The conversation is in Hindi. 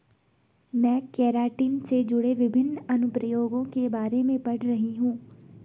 मैं केराटिन से जुड़े विभिन्न अनुप्रयोगों के बारे में पढ़ रही हूं